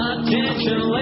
Attention